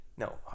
No